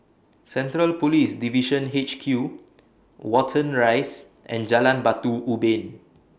Central Police Division H Q Watten Rise and Jalan Batu Ubin